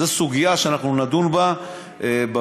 זו סוגיה שאנחנו נדון בה בוועדה.